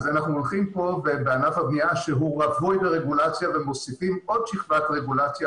אנחנו פה בענף הבנייה שרווי ברגולציה מוסיפים עוד שכבת רגולציה,